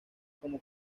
como